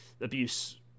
abuse